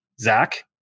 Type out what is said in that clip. Zach